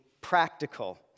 practical